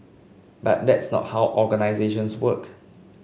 but that's not how organisations work